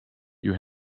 you